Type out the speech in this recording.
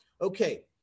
okay